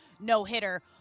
no-hitter